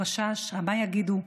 החשש ממה יגידו,